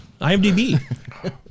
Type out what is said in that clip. IMDb